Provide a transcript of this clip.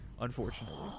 unfortunately